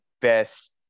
best